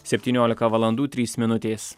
septyniolika valandų trys minutės